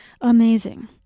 amazing